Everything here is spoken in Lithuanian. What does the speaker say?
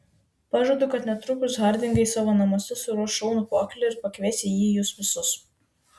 pažadu kad netrukus hardingai savo namuose suruoš šaunų pokylį ir pakvies į jį jus visus